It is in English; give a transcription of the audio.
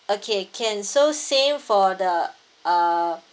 okay can so same for the uh